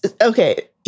okay